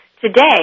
today